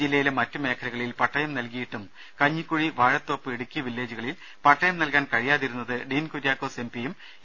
ജില്ലയിലെ മറ്റ് മേഖലകളിൽ പട്ടയം നൽകിയിട്ടും കഞ്ഞിക്കുഴി വാഴത്തോപ്പ് ഇടുക്കി വില്ലേജുകളിൽ പട്ടയം നൽകാൻ കഴിയാതിരുന്നത് ഡീൻ കുര്യാക്കോസ് എംപിയും ഇ